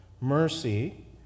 Mercy